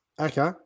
Okay